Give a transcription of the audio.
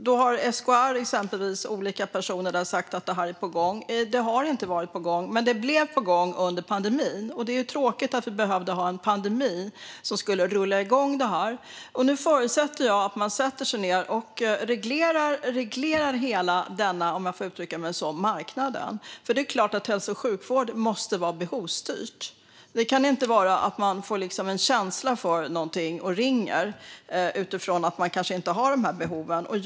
Då har exempelvis olika personer från SKR sagt att detta är på gång. Det har inte varit på gång, men det blev det under pandemin. Det är tråkigt att det behövdes en pandemi för att rulla igång det här. Nu förutsätter jag att man sätter sig ned och reglerar hela denna marknad, om jag får uttrycka mig så. Det är klart att hälso och sjukvård måste vara behovsstyrd. Det kan inte vara så att man får en känsla för något och ringer fast man kanske inte har behov av det.